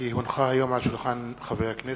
כי הונחו היום על שולחן הכנסת,